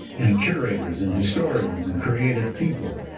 and curators, and historians, and creative people.